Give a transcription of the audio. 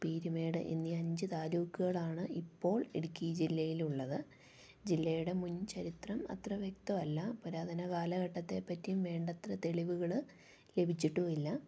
പീരുമേട് എന്നീ അഞ്ച് താലൂക്കുകളാണ് ഇപ്പോൾ ഇടുക്കി ജില്ലയിലുള്ളത് ജില്ലയുടെ മുൻ ചരിത്രം അത്ര വ്യക്തമല്ല പുരാതന കാലഘട്ടത്തെ പറ്റിയും വേണ്ടത്ര തെളിവുകള് ലഭിച്ചിട്ടുമില്ല